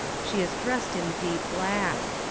she is dressed in deep black.